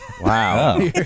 Wow